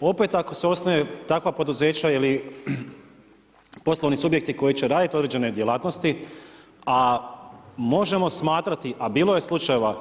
Opet ako se osnuje takva poduzeća ili poslovni subjekti koji će raditi određene djelatnosti, a možemo smatrati, a bilo je slučajeva